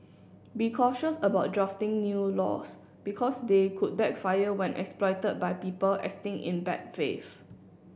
be cautious about drafting new laws because they could backfire when exploited by people acting in bad faith